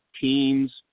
teams